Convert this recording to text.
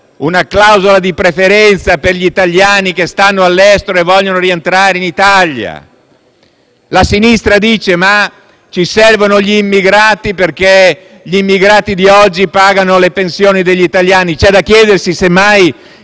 una clausola di preferenza per gli italiani che stanno all'estero e che vogliono rientrare in Italia. La sinistra dice che ci servono gli immigrati perché gli immigrati di oggi pagano le pensioni degli italiani. C'è da chiedersi, semmai,